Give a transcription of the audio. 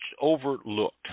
overlooked